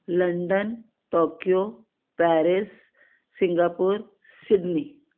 London Tokyo Paris Singapore Sydney